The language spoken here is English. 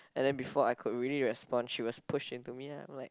and then before I could really respond she was pushed into me and I'm like